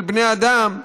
של בני אדם,